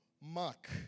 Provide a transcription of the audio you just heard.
Mark